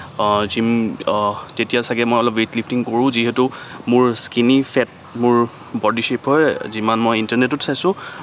gym তেতিয়া চাগে মই অলপ ৱেইটলিফ্টিং কৰোঁ যিহেতু মোৰ স্কীনি ফেট মোৰ বডীশ্বেপাৰ যিমান মই ইণ্টাৰ্নেটত চাইছোঁ